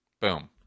boom